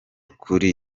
kuri